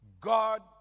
God